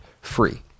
free